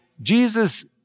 Jesus